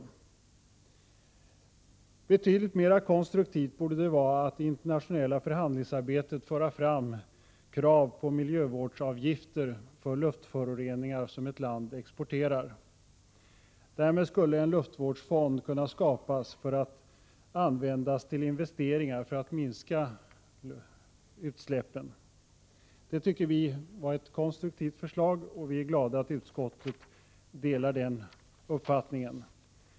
Betydligt mer konstruktivt borde det vara att i det internationella förhandlingsarbetet föra fram krav på miljövårdsavgifter för de luftföroreningar som ett land exporterar. Därmed skulle en luftvårdsfond kunna skapas för att användas till investeringar för att minska utsläppen. Det tycker vi alltså var ett konstruktivt förslag. Vi är glada att utskottet delar den uppfattningen.